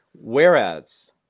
Whereas